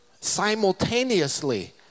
simultaneously